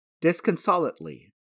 disconsolately